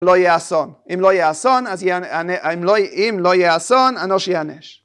לא יהיה אסון, אם לא אסון ענוש ייענש